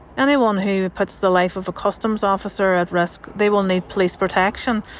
anyone who puts the life of a customs officer at risk, they will need police protection.